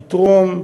לתרום,